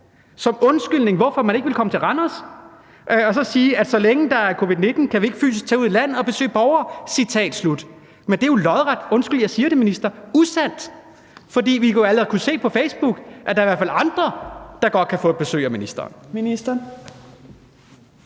som undskyldning for, hvorfor man ikke ville komme til Randers, at så længe der er covid-19, kan vi ikke fysisk tage ud i landet og besøge borgere. Citat slut. Men det er jo lodret – undskyld, jeg siger det, minister – usandt, for vi kan se på Facebook, at der i hvert fald er andre, der godt kan få besøg af ministeren. Kl.